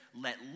let